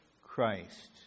Christ